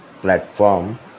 platform